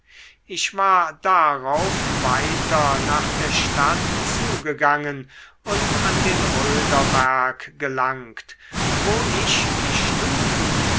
ich war darauf weiter nach der stadt zu gegangen und an den röderberg gelangt wo ich die stufen